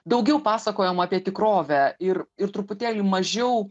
daugiau pasakojama apie tikrovę ir ir truputėlį mažiau